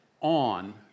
on